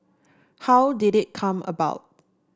how did it come about